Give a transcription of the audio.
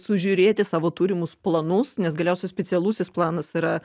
sužiūrėti savo turimus planus nes galiausiai specialusis planas yra